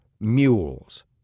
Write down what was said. mules